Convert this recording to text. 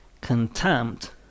contempt